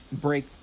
break